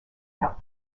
health